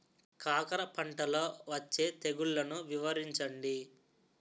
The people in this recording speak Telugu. కాకర పంటలో వచ్చే తెగుళ్లను వివరించండి?